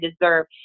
deserve